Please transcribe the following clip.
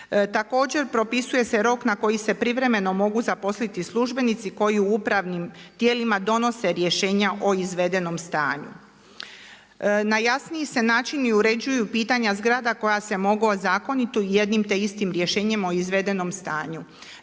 Također, propisuje se rok na koji se privremeno mogu zaposliti službenici koji u upravnim tijelima donose rješenja o izvedenom stanju. Na jasniji se način uređuju i pitanja zgrada koja se mogu ozakoniti jednim te istim rješenjem o izvedenom stanju.